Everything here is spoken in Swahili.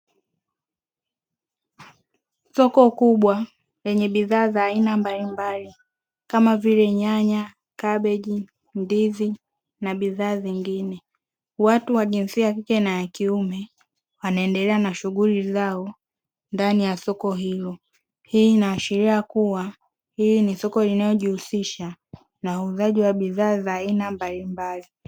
Soko kubwa lenye bidhaa za aina mbalimbali kama vile: nyanya, kabeji, ndizi na bidhaa nyingine. Watu wa jinsia ya kike na ya kiume wanaendelea na shughuli zao ndani ya soko hilo. Hii inaashiria kuwa hii ni soko linalojihusisha na uuzaji wa bidhaa za aina mbalimbali.